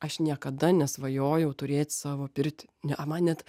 aš niekada nesvajojau turėt savo pirtį nea man net